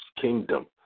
kingdom